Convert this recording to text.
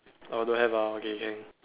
oh don't have ah okay can